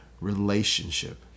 relationship